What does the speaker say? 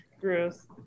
Gross